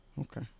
Okay